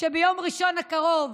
שביום ראשון הקרוב